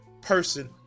person